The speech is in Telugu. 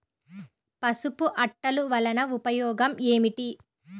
పసుపు అట్టలు వలన ఉపయోగం ఏమిటి?